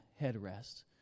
headrest